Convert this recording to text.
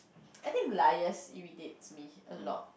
I think liars irritates me a lot